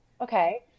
Okay